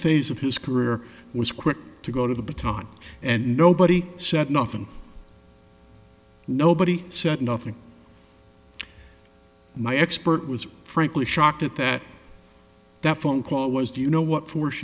phase of his career was quick to go to the baton and nobody said nothing nobody said nothing my expert was frankly shocked at that that phone call was do you know what for